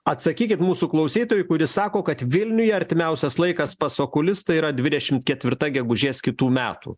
atsakykit mūsų klausytojui kuris sako kad vilniuje artimiausias laikas pas okulistą yra dvidešim ketvirta gegužės kitų metų